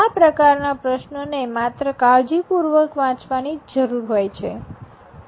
આ પ્રકારના પ્રશ્નોને માત્ર કાળજીપૂર્વક વાંચવા ની જ જરૂર હોય છે